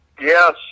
Yes